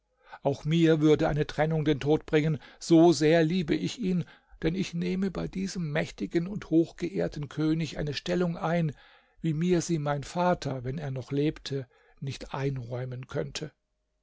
auch mir würde eine trennung den tod bringen so sehr liebe ich ihn denn ich nehme bei diesem mächtigen und hochgeehrten könig eine stellung ein wie mir sie mein vater wenn er noch lebte nicht einräumen könnte